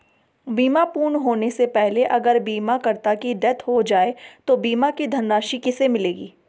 बीमा पूर्ण होने से पहले अगर बीमा करता की डेथ हो जाए तो बीमा की धनराशि किसे मिलेगी?